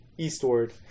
eastward